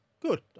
Good